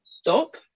stop